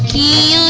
e